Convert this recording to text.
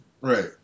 right